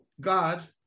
God